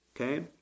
Okay